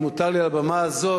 אם מותר לי על הבמה הזאת,